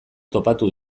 topatu